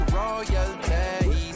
royalty